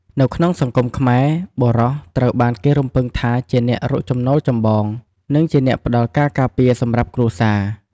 នៅក្នុងសង្គមខ្មែរ បុរស ត្រូវបានគេរំពឹងថាជាអ្នករកចំណូលចម្បង និងជាអ្នកផ្ដល់ការការពារសម្រាប់គ្រួសារ។